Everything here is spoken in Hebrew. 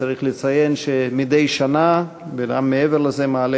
צריך לציין שמדי שנה וגם מעבר לזה הוא מעלה